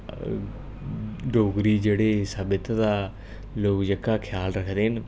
डोगरी जेह्ड़े सभ्यता दा लोक जेह्का ख्याल रखदे न